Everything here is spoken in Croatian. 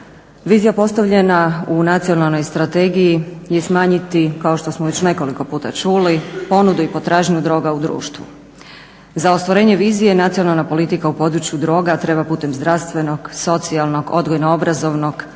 Vizija postavljena u nacionalnoj strategiji je smanjiti, kao što smo već nekoliko puta čuli, ponudu i potražnju droga u društvu. Za ostvarenje vizije i nacionalna politika u području droga, treba putem zdravstvenog, socijalnog, odgojno-obrazovnog